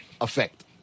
effect